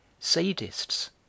Sadists